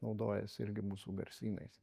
naudojasi irgi mūsų garsynais